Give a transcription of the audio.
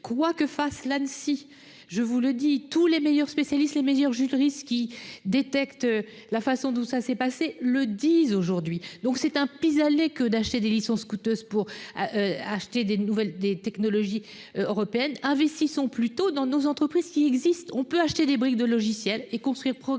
quoi que fasse l'Annecy, je vous le dis tous les meilleurs spécialistes, les meilleurs juristes qui détecte la façon d'où ça s'est passé le dix aujourd'hui, donc c'est un pis-aller que d'acheter des licences coûteuses pour acheter des nouvelles des technologies européennes investissons plutôt dans nos entreprises qui existent, on peut acheter des briques de logiciels et construire progressivement